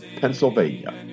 Pennsylvania